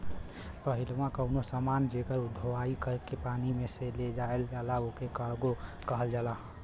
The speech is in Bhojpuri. पहिलवा कउनो समान जेकर धोवाई कर के पानी में से ले जायल जाला ओके कार्गो कहल जाला